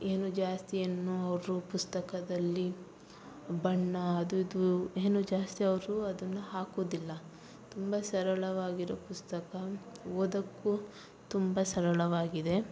ಏನು ಜಾಸ್ತಿ ಏನು ಅವರು ಪುಸ್ತಕದಲ್ಲಿ ಬಣ್ಣ ಅದು ಇದು ಏನು ಜಾಸ್ತಿ ಅವರು ಅದನ್ನ ಹಾಕೋದಿಲ್ಲ ತುಂಬ ಸರಳವಾಗಿರೋ ಪುಸ್ತಕ ಓದೋಕ್ಕು ತುಂಬ ಸರಳವಾಗಿದೆ